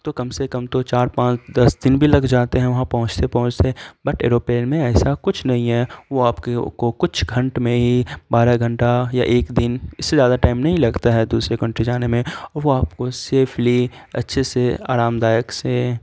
تو کم سے کم تو چار پانچ دس دن بھی لگ جاتے ہیں وہاں پہنچتے پہنچتے بٹ ایروپلین میں ایسا کچھ نہیں ہے وہ آپ کے کو کچھ گھنٹہ میں ہی بارہ گھنٹہ یا ایک دن اس سے زیادہ ٹائم نہیں لگتا ہے دوسرے کونٹری جانے میں اور وہ آپ کو سیفلی اچھے سے آرامدائک سے